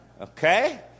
okay